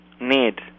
need